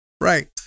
Right